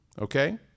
Okay